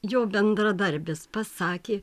jo bendradarbis pasakė